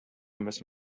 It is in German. müssen